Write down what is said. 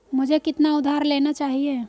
मुझे कितना उधार लेना चाहिए?